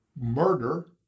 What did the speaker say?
murder